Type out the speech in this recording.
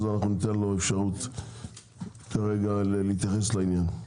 אז אנחנו ניתן לו אפשרות כרגע להתייחס לעניין.